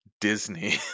Disney